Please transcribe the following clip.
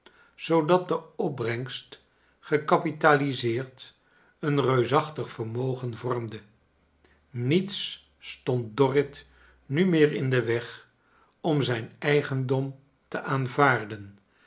zoodat de opbrengst gekapitaliseerd een reusachtig vermogen vormde niets stond dorrit nu meer in den weg om zijn eigendom te aanvaarden